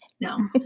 no